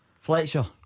Fletcher